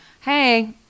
hey –